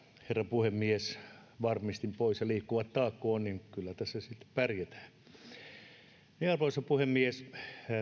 herra puhemies varmistin pois ja liikkuvat taa kun on niin kyllä tässä sitten pärjätään arvoisa puhemies